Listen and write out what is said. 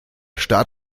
start